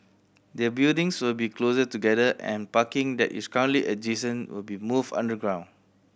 the buildings will be closer together and parking that is currently adjacent will be moved underground